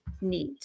need